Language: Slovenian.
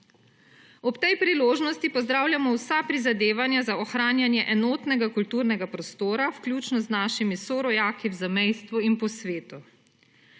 Ob tej priložnosti pozdravljamo vsa prizadevanja za ohranjanje enotnega kulturnega prostora vključno z našimi sorojaki v zamejstvu in po svetu.